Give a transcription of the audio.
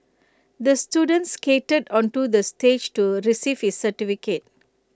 the student skated onto the stage to receive his certificate